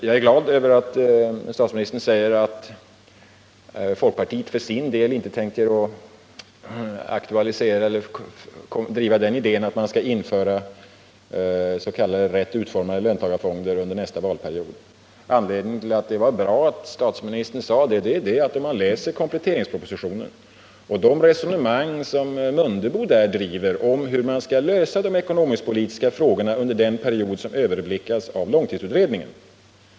Jag är glad över att statsministern säger att folkpartiet för sin del inte tänker driva den linjen under nästa valperiod att man skall införa s.k. rätt utformade löntagarfonder. Anledningen till att det var bra att statsministern sade det är att Ingemar Mundebo talar om rätt utformade löntagarfonder i kompletteringspropositionen. Det framgår klart av det resonemang som Ingemar Mundebo för där om hur man skall lösa de ekonomiskt-politiska frågorna under den period som omfattas av långtidsutredningen.